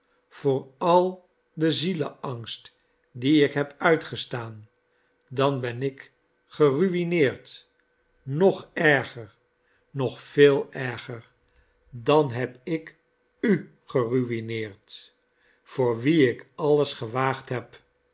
voor al den zielsangst dien ik heb uitgestaan dan ben ik geru'ineerd nog erger nog veel erger dan heb ik u geru'ineerd voor wie ik alles gewaagd heb